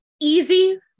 easy